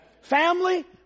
Family